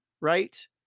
right